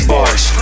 Bars